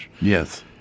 Yes